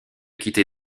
quitter